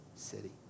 city